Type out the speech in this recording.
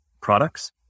products